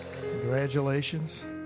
Congratulations